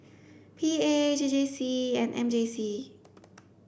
P A J J C and M J C